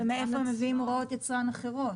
מאיפה מביאים הוראות יצרן אחרות?